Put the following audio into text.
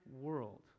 world